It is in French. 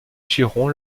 chiron